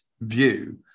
view